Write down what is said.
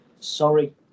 sorry